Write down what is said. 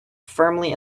firmly